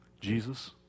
Jesus